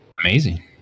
Amazing